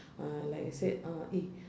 uh like I said uh eh